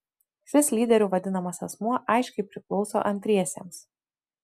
šis lyderiu vadinamas asmuo aiškiai priklauso antriesiems